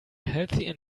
healthy